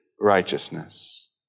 righteousness